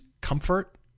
comfort